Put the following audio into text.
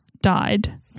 died